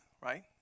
right